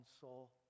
soul